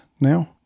now